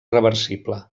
reversible